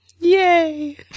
Yay